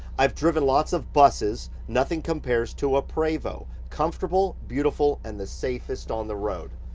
i've driven lot's of buses, nothing compares to a prevost. comfortable, beautiful and the safest on the road.